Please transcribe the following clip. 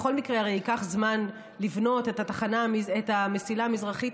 בכל מקרה, הרי ייקח זמן לבנות את המסילה המזרחית.